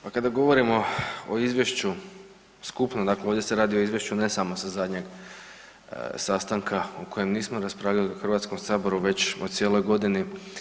Pa kada govorimo o izvješću skupno, dakle ovdje se radi o izvješću ne samo sa zadnjeg sastanka o kojem nismo raspravljali u Hrvatskom saboru već o cijeloj godini.